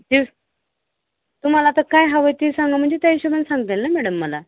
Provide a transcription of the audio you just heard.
ती तुम्हाला आता काय हवं आहे ते सांगा म्हणजे त्या हिशोबाने सांगाल ना मॅडम मला